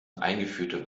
eingeführte